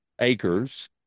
acres